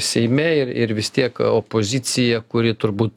seime ir ir vis tiek opozicija kuri turbūt